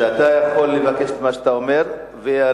שאתה יכול לבקש את מה שאתה אומר ואני